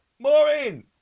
Maureen